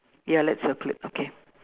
ya let's circle it okay